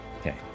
Okay